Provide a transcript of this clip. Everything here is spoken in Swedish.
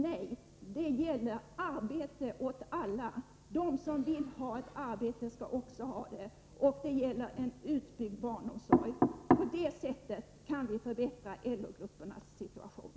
Nej, det gäller att ge arbete åt alla — de som vill ha ett arbete skall också få det — och det gäller att åstadkomma en utbyggd barnomsorg. På det sättet kan vi förbättra LO-gruppernas situation.